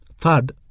Third